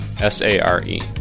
S-A-R-E